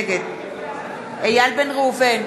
נגד איל בן ראובן,